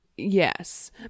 Yes